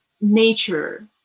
Nature